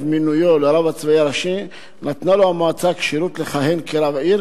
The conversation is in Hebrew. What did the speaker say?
מינויו לרב הצבאי הראשי נתנה לו המועצה כשירות לכהן כרב עיר,